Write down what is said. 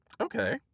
Okay